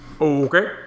Okay